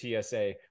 TSA